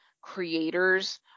creators